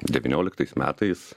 devynioliktais metais